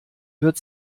wird